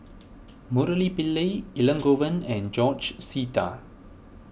Murali Pillai Elangovan and George Sita